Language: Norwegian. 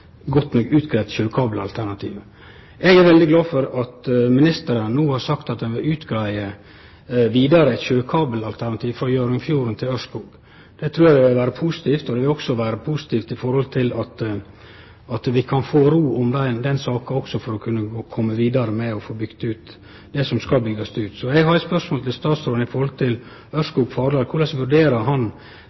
godt nok utgreitt eit sjøkabelalternativ. Eg er veldig glad for at ministeren no har sagt at han vil greie ut vidare eit sjøkabelalternativ for Hjørundfjorden til Ørskog. Det trur eg vil vere positivt. Det vil òg vere positivt slik at vi kan få ro om den saka, også for å kome vidare med å få bygt ut det som skal byggjast ut. Så eg har spørsmål til statsråden om Ørskog-Fardal. Korleis vurderer han